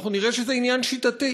נראה שזה עניין שיטתי.